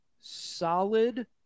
solid